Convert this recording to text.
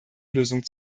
lösung